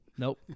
Nope